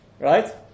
Right